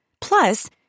Plus